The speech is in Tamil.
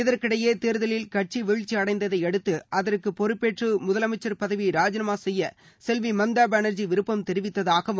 இதற்கிடையே தேர்தலில் கட்சி வீழ்ச்சி அடைந்ததை அடுத்து அதற்கு பொறுப்பேற்று முதலமைச்சர் பதவியை ராஜினாமா செய்ய செல்வி மம்தா பானர்ஜி விருப்பம் தெரிவித்ததாகவும்